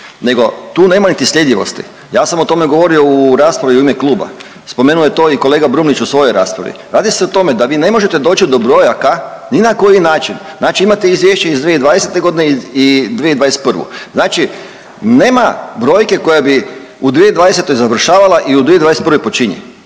nego tu nema niti sljedivosti. Ja sam o tome govorio u raspravi u ime kluba. Spomenuo je to i kolega Brumnić u svojoj raspravi. Radi se o tome da vi ne možete doći do brojaka ni na koji način. Znači imate izvješće iz 2020. godine i 2021. Znači, nema brojke koja bi u 2020. završavala i u 2021. počinje.